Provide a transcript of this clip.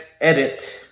edit